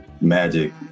magic